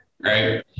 right